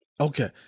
Okay